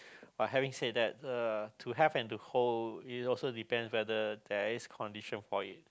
but having said that uh to have and to hold it also depend whether there is condition for it